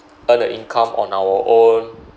earn a income on our own